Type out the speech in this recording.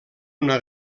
una